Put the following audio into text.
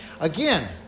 Again